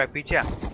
um the chapel